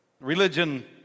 Religion